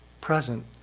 present